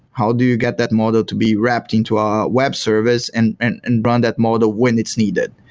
how do you get that model to be wrapped into a web service and and and run that model when it's needed?